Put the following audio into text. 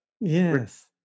yes